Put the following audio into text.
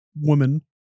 woman